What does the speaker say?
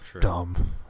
Dumb